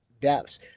deaths